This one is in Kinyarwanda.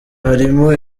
harimo